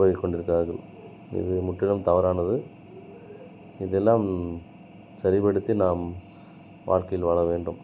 போய் கொண்டிருக்கிறார்கள் இது முற்றிலும் தவறானது இதெல்லாம் சரிப்படுத்தி நாம் வாழ்க்கையில் வாழ வேண்டும்